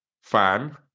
fan